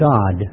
God